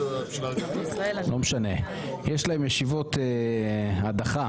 לא משנה, יש להם ישיבות הדחה.